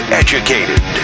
educated